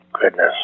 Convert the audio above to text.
Goodness